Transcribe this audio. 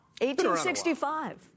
1865